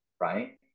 right